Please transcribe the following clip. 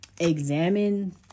examine